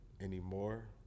anymore